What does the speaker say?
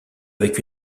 avec